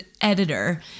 editor